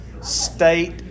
state